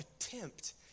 attempt